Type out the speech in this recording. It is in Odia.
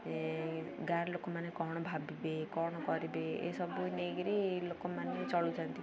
ଗାଁ ଲୋକମାନେ କ'ଣ ଭାବିବେ କ'ଣ କରିବେ ଏସବୁ ନେଇକିରି ଲୋକମାନେ ଚଳୁଛନ୍ତି